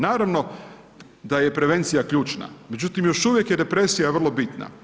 Naravno da je prevencija ključna međutim još uvijek depresija vrlo bitna.